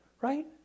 right